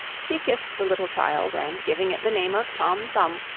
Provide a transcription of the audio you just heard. she kissed the little child, and, giving it the name of tom thumb,